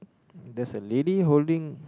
there's a lady holding